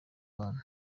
bana